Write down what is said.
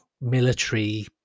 military